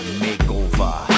makeover